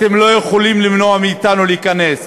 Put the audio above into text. אתם לא יכולים למנוע מאתנו להיכנס.